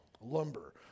lumber